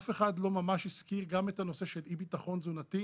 אף אחד לא ממש הזכיר גם את הנושא של אי ביטחון תזונתי.